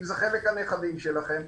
הנכדים שלכם,